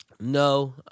No